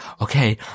okay